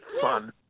fun